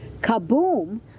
kaboom